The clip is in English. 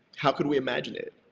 how could we imagine it?